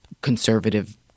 conservative